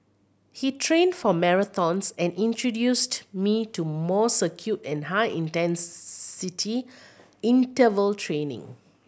he trained for marathons and introduced me to more circuit and high intensity interval training